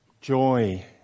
Joy